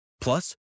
Plus